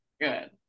good